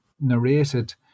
narrated